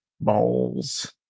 Balls